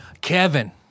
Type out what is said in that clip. Kevin